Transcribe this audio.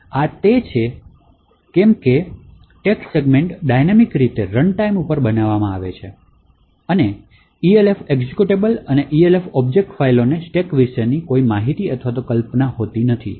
તેથી આ તે છે કારણ કે text સેગમેન્ટ ડાયનેમીક રીતે રનટાઇમ પર બનાવવામાં આવે છે અને Elf એક્ઝેક્યુટેબલ અને Elf ઑબ્જેક્ટ ફાઇલોને સ્ટેક વિશે કોઈ કલ્પના નથી